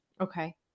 Okay